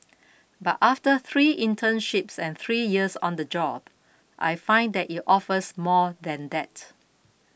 but after three internships and three years on the job I find that it offers more than that